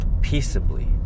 peaceably